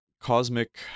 cosmic